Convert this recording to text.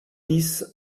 dix